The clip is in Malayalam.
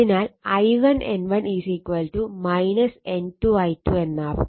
അതിനാൽ I1 N1 N2 I2 എന്നാവും